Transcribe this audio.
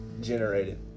generated